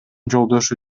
жолдошу